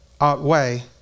outweigh